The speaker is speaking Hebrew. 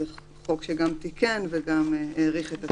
זה חוק שגם תיקן וגם האריך את התוקף.